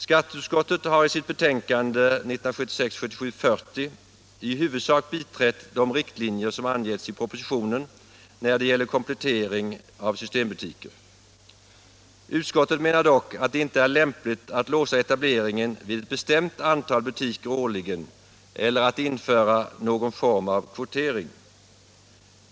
Skatteutskottet har i sitt betänkande 1976/77:40 i huvudsak biträtt de riktlinjer som angivits i propositionen när det gäller komplettering av systembutiker. Utskottet menar dock att det inte är lämpligt att låsa etableringen vid ett bestämt antal butiker årligen eller att införa någon form av kvotering.